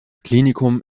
klinikum